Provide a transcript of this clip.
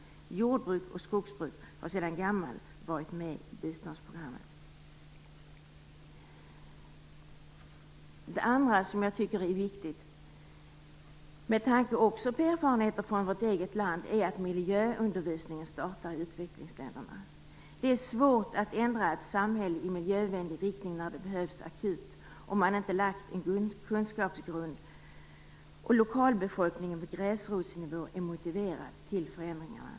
Jordbruk och skogsbruk har sedan gammalt varit med i biståndsprogrammet. Det andra som jag tycker är viktigt - med tanke på erfarenheter från vårt eget land - är att miljöundervisningen startar i utvecklingsländerna. Det är svårt att ändra ett samhälle i miljövänlig riktning när det behövs akut om man inte lagt en kunskapsgrund och lokalbefolkningen på gräsrotsnivå är motiverad till förändringarna.